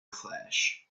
flash